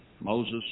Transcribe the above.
Moses